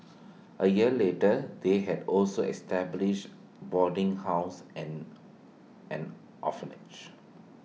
A year later they had also established boarding house and an orphanage